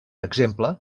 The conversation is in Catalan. exemple